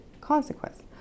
consequence